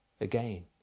Again